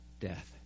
death